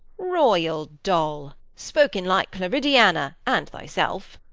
royal dol! spoken like claridiana, and thyself.